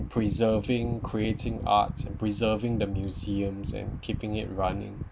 preserving creating art preserving the museums and keeping it running